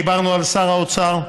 דיברנו על שר האוצר.